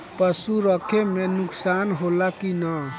पशु रखे मे नुकसान होला कि न?